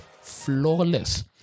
flawless